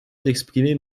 d’exprimer